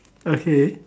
okay